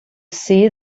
see